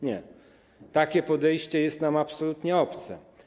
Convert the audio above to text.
Nie, takie podejście jest nam absolutnie obce.